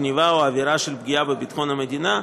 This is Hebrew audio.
גנבה או עבירה של פגיעה בביטחון המדינה,